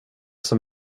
som